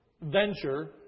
venture